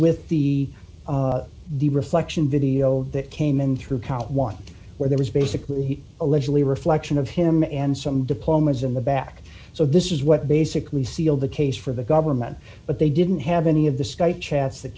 with the the reflection video that came in through count one where there was basically allegedly reflection of him and some diplomas in the back so this is what basically sealed the case for the government but they didn't have any of the sky chats that